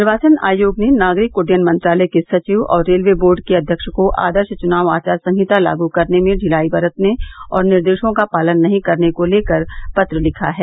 निर्वाचन आयोग ने नागरिक उड्डयन मंत्रालय के सचिव और रेलवे बोर्ड के अध्यक्ष को आदर्श चुनाव आचार संहिता लागू करने में ढिलाई बरतने और निर्देशों का पालन नहीं करने को लेकर पत्र लिखा है